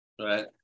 right